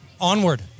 Onward